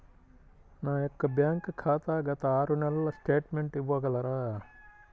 నా యొక్క బ్యాంక్ ఖాతా గత ఆరు నెలల స్టేట్మెంట్ ఇవ్వగలరా?